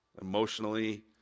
Emotionally